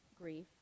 grief